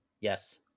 Yes